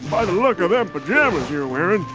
by the look of them pajamas you're wearing